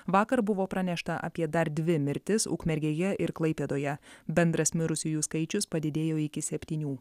vakar buvo pranešta apie dar dvi mirtis ukmergėje ir klaipėdoje bendras mirusiųjų skaičius padidėjo iki septynių